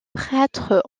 prêtres